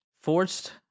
forced